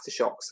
aftershocks